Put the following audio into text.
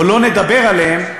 או לא נדבר עליהן,